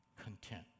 content